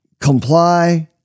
comply